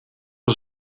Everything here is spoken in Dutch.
een